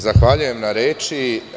Zahvaljujem na reči.